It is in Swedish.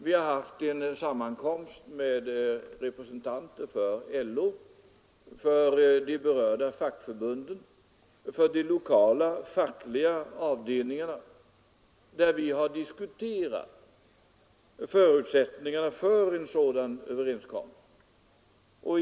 Vi har haft en sammankomst med representanter för LO, för de berörda fackförbunden och för de lokala fackliga avdelningarna, där vi har diskuterat förutsättningarna för en sådan överenskommelse.